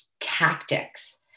tactics